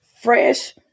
fresh